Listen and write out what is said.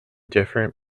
different